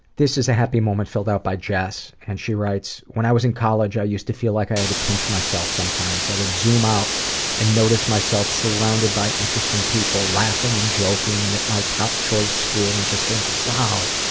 this is a happy moment filled out by jess, and she writes when i was in college, i used to feel like i had to pinch myself sometimes. i would zoom out and notice myself surrounded by interesting people laughing and joking, and at my top choice school, and just think wow.